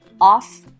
off